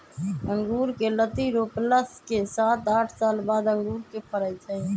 अँगुर कें लत्ति रोपला के सात आठ साल बाद अंगुर के फरइ छइ